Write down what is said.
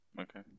okay